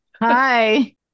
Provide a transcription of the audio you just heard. Hi